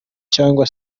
cyangwa